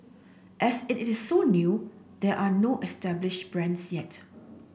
as it is so new there are no established brands yet